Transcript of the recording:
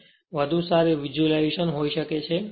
ત્યાં વધુ સારી વિઝ્યુલાઇઝેશન હોઈ શકે છે